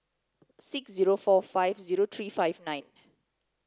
six zero four five zero three five nine